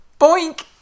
Boink